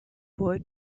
boy